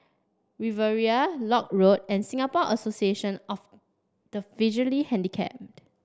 Riviera Lock Road and Singapore Association of the Visually Handicapped